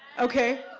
okay,